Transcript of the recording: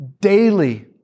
daily